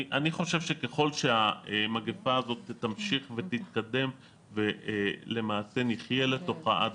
אני חושב שככל שהמגפה הזו תמשיך ותתקדם ולמעשה נחיה לתוכה עד